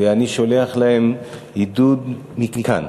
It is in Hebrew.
ואני שולח להם עידוד מכאן.